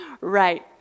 Right